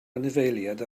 anifeiliaid